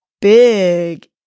Big